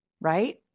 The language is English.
right